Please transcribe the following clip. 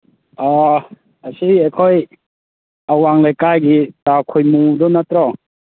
ꯑ ꯑꯁꯤ ꯑꯩꯈꯣꯏ ꯑꯋꯥꯡ ꯂꯩꯀꯥꯏꯒꯤ ꯇꯥ ꯈꯣꯏꯃꯨꯗꯨ ꯅꯠꯇ꯭ꯔꯣ